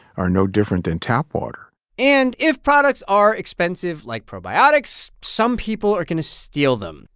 are no different than tap water and if products are expensive, like probiotics, some people are going to steal them.